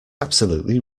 absolutely